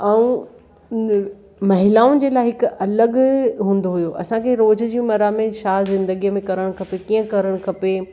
ऐं महिलाउनि जे लाइ हिकु अलॻि हूंदो हुओ असांखे रोज़ जूं मरह में छा ज़िंदगीअ में करणु खपे कीअं करणु खपे